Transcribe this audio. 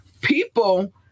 People